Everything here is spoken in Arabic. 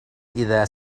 إذا